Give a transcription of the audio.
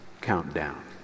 countdown